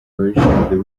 ababishinzwe